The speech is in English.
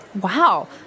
Wow